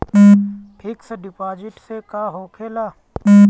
Fix deposit से का होखे ला?